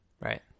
Right